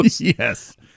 yes